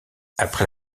après